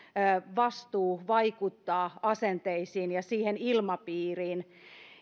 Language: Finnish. vastuu vaikuttaa asenteisiin ja ilmapiiriin